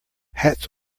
hats